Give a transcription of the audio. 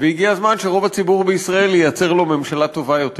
והגיע הזמן שרוב הציבור בישראל ייצר לו ממשלה טובה יותר.